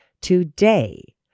Today